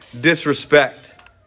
disrespect